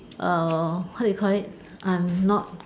err what do you call it I'm not